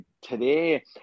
today